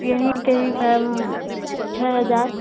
यहीं कहीं मैम छः हज़ार